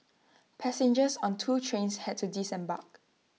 passengers on two trains had to disembark